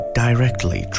directly